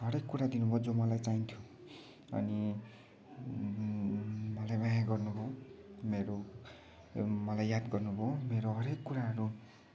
हरेक कुरा दिनुभयो जो मलाई चाहिन्थ्यो अनि मलाई माया गर्नुभयो मेरो मलाई याद गर्नुभयो मेरो हरेक कुराहरू